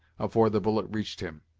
afore the bullet reached him.